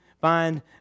find